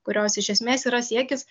kurios iš esmės yra siekis